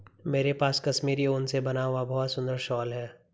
मेरे पास कश्मीरी ऊन से बना हुआ बहुत सुंदर शॉल है